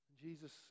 Jesus